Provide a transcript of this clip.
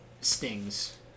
stings